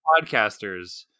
podcasters